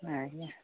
ଆଜ୍ଞା